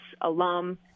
alum